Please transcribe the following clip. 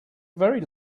very